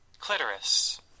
clitoris